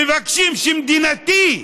מבקשים שמדינתי,